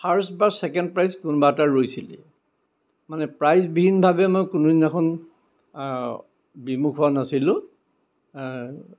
first বা second prize কোনোবা এটা ৰৈছিলেই মানে প্ৰাইজ বিহীনভাৱে মই কোনো দিনাখন বিমুখ হোৱা নাছিলোঁ